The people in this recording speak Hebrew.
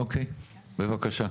אוקיי, יוחאי, בבקשה.